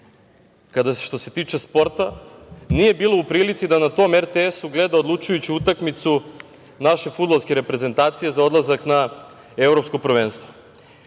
što se tiče sporta nije bilo u prilici da na tom RTS gleda odlučujuću utakmicu naše fudbalske reprezentacije za odlazak na Evropsko prvenstveno.